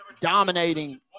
dominating